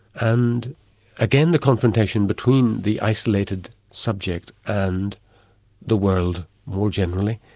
and again, the confrontation between the isolated subject and the world more generally,